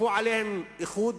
כפו עליהם איחוד,